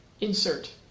insert